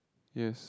yes